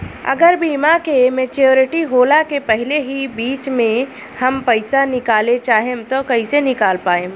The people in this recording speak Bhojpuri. अगर बीमा के मेचूरिटि होला के पहिले ही बीच मे हम पईसा निकाले चाहेम त कइसे निकाल पायेम?